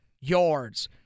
yards